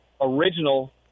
original